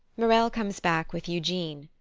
morell comes back with eugene,